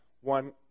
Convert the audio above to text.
one